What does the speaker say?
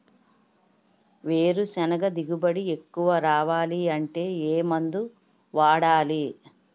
వేరుసెనగ దిగుబడి ఎక్కువ రావాలి అంటే ఏ మందు వాడాలి?